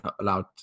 allowed